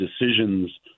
decisions